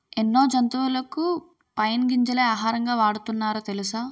ఎన్నో జంతువులకు పైన్ గింజలే ఆహారంగా వాడుతున్నారు తెలుసా?